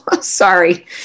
sorry